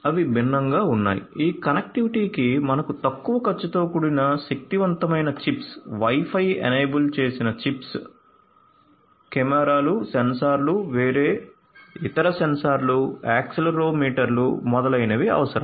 అవి భిన్నంగా ఉన్నాయి ఈ కనెక్టివిటీకి మనకు తక్కువ ఖర్చుతో కూడిన శక్తివంతమైన చిప్స్ వై ఫై కెమెరాలు సెన్సార్లు వేరే ఇతర సెన్సార్లు యాక్సిలెరోమీటర్లు మొదలైనవి అవసరం